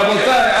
רבותי,